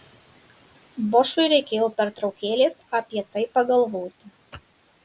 bošui reikėjo pertraukėlės apie tai pagalvoti